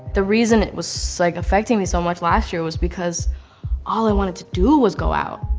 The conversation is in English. the reason it was so like, affecting me so much last year was because all i wanted to do was go out.